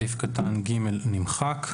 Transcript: סעיף קטן (ג) נמחק.